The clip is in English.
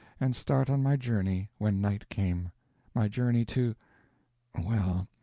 and start on my journey when night came my journey to well,